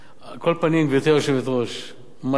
על כל פנים, גברתי היושבת-ראש, מטרת